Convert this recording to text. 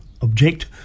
object